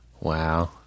Wow